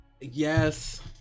Yes